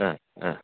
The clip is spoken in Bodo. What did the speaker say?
ओह ओह